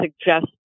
suggest